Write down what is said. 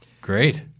Great